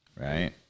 right